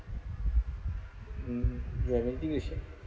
mm you have anything to share